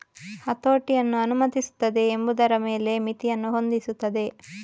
ಹತೋಟಿಯನ್ನು ಅನುಮತಿಸುತ್ತದೆ ಎಂಬುದರ ಮೇಲೆ ಮಿತಿಯನ್ನು ಹೊಂದಿಸುತ್ತದೆ